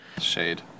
Shade